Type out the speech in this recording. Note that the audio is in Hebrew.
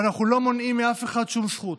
ואנחנו לא מונעים מאף אחד שום זכות,